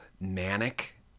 manic